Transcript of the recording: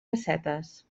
pessetes